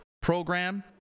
program